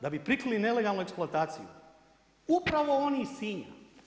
Da bi prikrili nelegalnu eksploataciju, upravo oni iz Sinja.